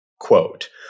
quote